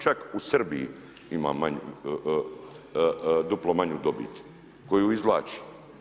Čak u Srbiji ima duplo manju dobit koju izvlači.